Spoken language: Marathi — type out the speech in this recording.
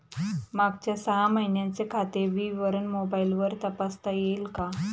मागच्या सहा महिन्यांचे खाते विवरण मोबाइलवर तपासता येईल का?